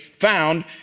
found